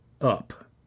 up